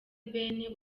ben